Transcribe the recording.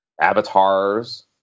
avatars